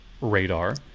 radar